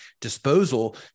disposal